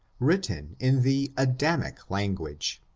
written in the adamic language.